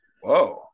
Whoa